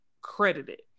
credited